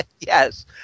Yes